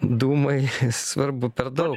dūmai svarbu per daug